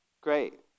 great